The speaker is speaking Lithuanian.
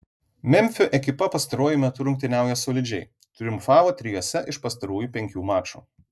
memfio ekipa pastaruoju metu rungtyniauja solidžiai triumfavo trijuose iš pastarųjų penkių mačų